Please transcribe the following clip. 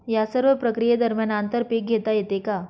या सर्व प्रक्रिये दरम्यान आंतर पीक घेता येते का?